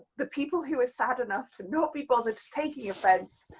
the people who are sad enough to not be bothered taking offence,